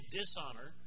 dishonor